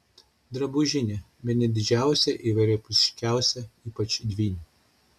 drabužinė bene didžiausia ir įvairiapusiškiausia ypač dvynių